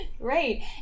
great